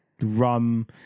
rum